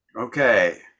Okay